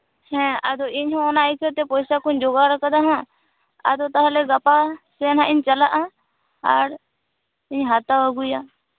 ᱦᱮᱸ ᱟᱫᱚ ᱤᱧ ᱦᱚᱸ ᱚᱱᱟ ᱟᱹᱭᱠᱟᱹᱣᱛᱮ ᱯᱚᱭᱥᱟ ᱠᱩᱧ ᱡᱚᱜᱟᱲᱟᱠᱟᱫᱟ ᱦᱟᱸᱜ ᱟᱫᱚ ᱛᱟᱦᱚᱞᱮ ᱜᱯᱟ ᱥᱮᱱ ᱦᱟᱸᱜ ᱤᱧ ᱪᱟᱞᱟᱜᱼᱟ ᱟᱨ ᱤᱧ ᱦᱟᱛᱟᱣ ᱟᱹᱜᱩᱭᱟ